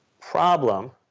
problem